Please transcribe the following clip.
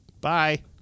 Bye